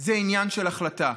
זה עניין של החלטה.